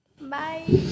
Bye